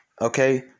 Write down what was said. Okay